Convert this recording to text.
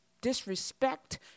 disrespect